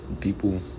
people